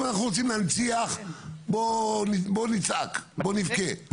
אם אנחנו רוצים להנציח בוא נצעק בוא נבכה.